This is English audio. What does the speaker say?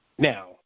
Now